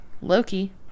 Loki